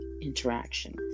interaction